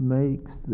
makes